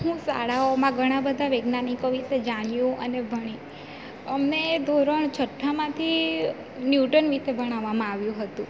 હું શાળાઓમાં ઘણા બધા વૈજ્ઞાનિકો વિશે જાણ્યું અને ભણી અમને ધોરણ છઠ્ઠામાંથી ન્યુટન વિશે ભણાવવામાં આવ્યું હતું